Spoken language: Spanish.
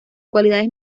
cualidades